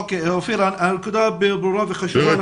אופיר, הנקודה ברורה וחשובה.